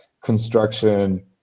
construction